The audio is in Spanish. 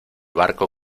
barco